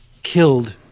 killed